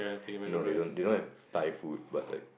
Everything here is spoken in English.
no they don't they don't have Thai food but like